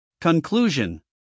Conclusion